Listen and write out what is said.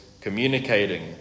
communicating